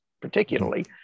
Particularly